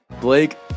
Blake